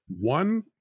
One